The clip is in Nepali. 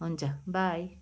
हुन्छ बाई